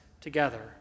together